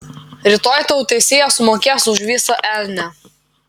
rytoj tau teisėjas sumokės už visą elnią